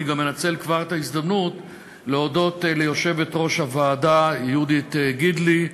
אני גם מנצל כבר את ההזדמנות להודות ליושבת-ראש הוועדה יהודית גידלי,